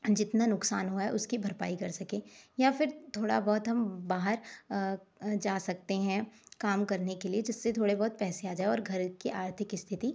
जितना नुकसान हुआ है उसकी भरपाई कर सकें या फिर थोड़ा बहुत हम बाहर जा सकते हैं काम करने के लिए जिससे थोड़े बहुत पैसे आ जाए और घर की आर्थिक स्थिति